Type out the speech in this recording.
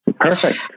perfect